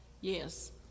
yes